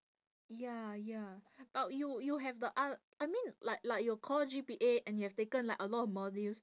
ya ya but you you have the o~ I mean like like your core G_P_A and you have taken like a lot of modules